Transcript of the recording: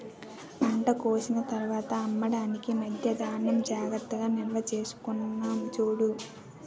పంట కోసిన తర్వాత అమ్మడానికి మధ్యా ధాన్యం జాగ్రత్తగా నిల్వచేసుకున్నాం చూడు